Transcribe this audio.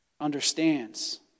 understands